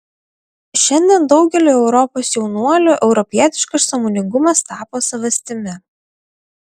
šiandien daugeliui europos jaunuolių europietiškas sąmoningumas tapo savastimi